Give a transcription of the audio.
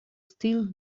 still